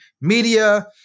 media